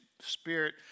Spirit